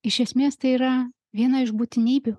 iš esmės tai yra viena iš būtinybių